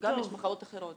מחלות אחרות.